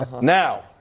Now